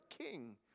king